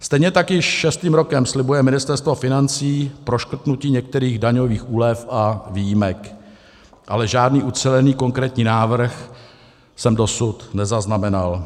Stejně tak již šestým rokem slibuje Ministerstvo financí proškrtnutí některých daňových úlev a výjimek, ale žádný ucelený konkrétní návrh jsem dosud nezaznamenal.